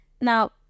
now